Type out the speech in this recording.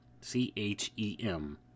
C-H-E-M